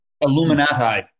Illuminati